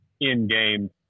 in-game